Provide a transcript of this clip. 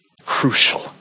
crucial